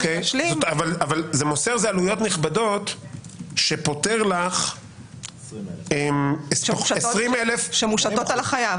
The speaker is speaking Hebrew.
מוסר זה עלויות נכבדות שפותר לך 20,000 --- שמושתות על החייב.